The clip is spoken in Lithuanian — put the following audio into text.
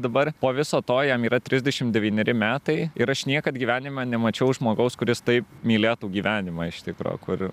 dabar po viso to jam yra trisdešim devyneri metai ir aš niekad gyvenime nemačiau žmogaus kuris taip mylėtų gyvenimą iš tikro kur